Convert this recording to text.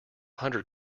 hundred